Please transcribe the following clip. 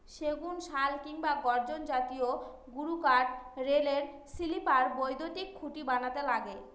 সেগুন, শাল কিংবা গর্জন জাতীয় গুরুকাঠ রেলের স্লিপার, বৈদ্যুতিন খুঁটি বানাতে লাগে